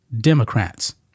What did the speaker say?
Democrats